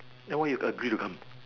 ya then why you agree to come